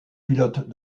pilotes